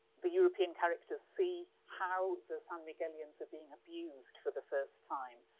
the european characters see how the san miguel-ians are being abused for the first time.